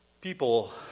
people